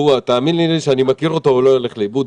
תאמיני לי, אני מכיר אותו, הוא לא ילך לאיבוד.